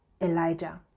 elijah